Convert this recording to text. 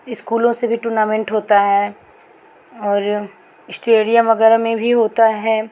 इस्कूलों से भी टूर्नामेंट होता है और स्टेडियम वगैरह में भी होता है